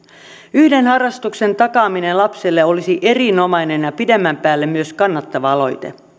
yhden harrastuksen takaaminen lapselle olisi erinomainen ja ja pidemmän päälle myös kannattava aloite